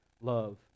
love